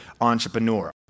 entrepreneur